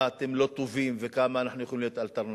אתם לא טובים וכמה אנחנו יכולים להיות אלטרנטיבה.